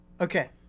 Okay